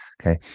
Okay